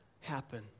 happen